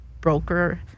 broker